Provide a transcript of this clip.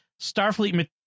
starfleet